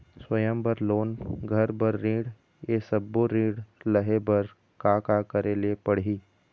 स्वयं बर लोन, घर बर ऋण, ये सब्बो ऋण लहे बर का का करे ले पड़ही?